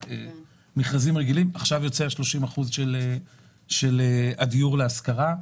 עכשיו יוצאים ה-30% של הדיור להשכרה.